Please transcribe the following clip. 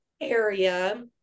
area